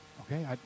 okay